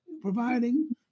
providing